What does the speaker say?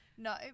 No